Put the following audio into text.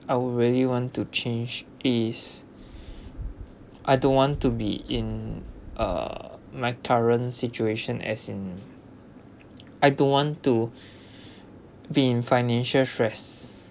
I would really want to change is I don't want to be in uh my current situation as in I don't want to be in financial stress